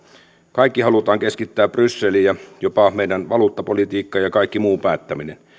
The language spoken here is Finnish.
kaikki halutaan keskittää brysseliin jopa meidän valuuttapolitiikkamme ja kaikki muu päättäminen